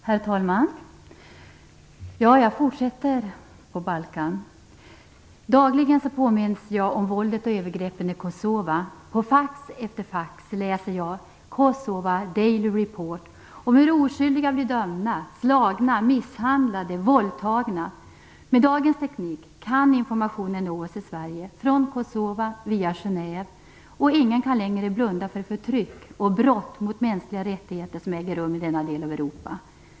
Herr talman! Även jag skall tala om Balkan. Dagligen påminns jag om våldet och övergreppen i Kosova. På fax efter fax läser jag i Kosova Daily Report om hur oskyldiga blir dömda, slagna, misshandlade, våldtagna. Med dagens teknik kan informationen nå oss i Sverige, från Kosova via Genève, och ingen kan längre blunda för förtryck och brott mot mänskliga rättigheter som äger rum i denna del av Europa.